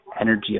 energy